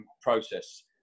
Process